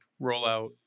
rollout